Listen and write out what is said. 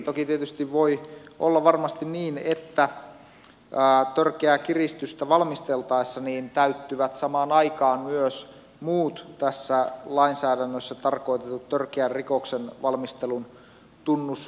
toki tietysti voi olla varmasti niin että törkeää kiristystä valmisteltaessa täyttyvät samaan aikaan myös muut tässä lainsäädännössä tarkoitetut törkeän rikoksen valmistelun tunnusmerkistöt